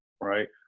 right